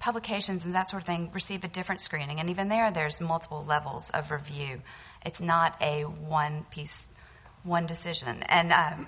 publications and that's one thing receive a different screening and even there there's multiple levels of review it's not a one piece one decision and